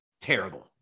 Terrible